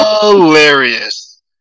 Hilarious